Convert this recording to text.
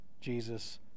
Jesus